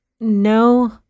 no